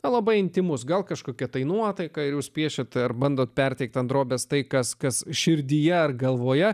labai intymus gal kažkokia tai nuotaiką ir jūs piešiate ar bandote perteikti ant drobės tai kas kas širdyje galvoje